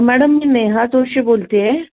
madam मी नेहा जोशी बोलते आहे